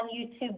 YouTube